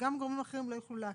וגם גורמים אחרים לא יוכלו לעקל,